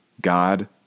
God